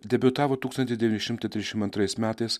debiutavo tūkstantis devyni šimtai trisdešimt antrais metais